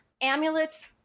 amulets